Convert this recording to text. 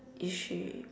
is she